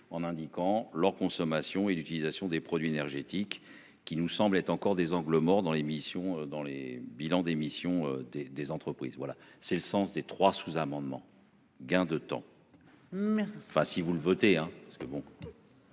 en indiquant leur consommation et d'utilisation des produits énergétiques qui nous semble être encore des angles morts dans l'émission dans les bilans d'émission des des entreprises. Voilà, c'est le sens des trois sous-amendements.-- Gain de temps. Mais pas si vous le votez hein parce que bon.--